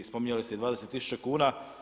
Spominjali ste 20000 kuna.